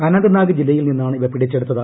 അനന്ത്നാഗ് ജില്ലയിൽ നിന്നാണ് ഇവ പിടിച്ചെടുത്തത്